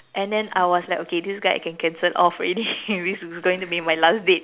and then I was like okay this guy I can cancel off already this is going to be my last date